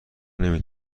نمی